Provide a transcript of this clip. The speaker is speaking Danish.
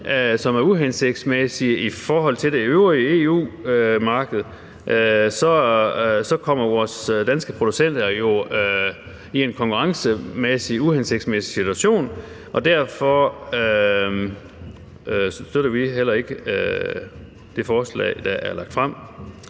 som er uhensigtsmæssige i forhold til det øvrige EU-marked, så kommer vores danske producenter jo i en konkurrencemæssig uhensigtsmæssig situation, og derfor støtter vi heller ikke det forslag, der er lagt frem.